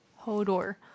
Hodor